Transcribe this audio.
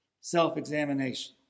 self-examination